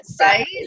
Right